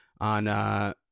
on –